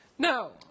No